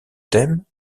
thème